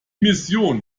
mission